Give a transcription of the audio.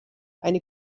eine